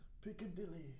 Piccadilly